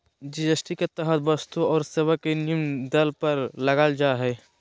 GST के तहत वस्तु और सेवा के निम्न दर पर लगल जा हइ